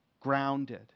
grounded